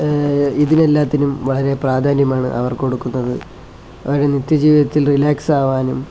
ഇതിനെ എല്ലാത്തിനും വളരെ പ്രാധാന്യമാണ് അവർ കൊടുക്കുന്നത് അവരെ നിത്യ ജീവിതത്തിൽ റിലാക്സ് ആവാനും